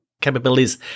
capabilities